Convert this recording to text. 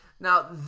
Now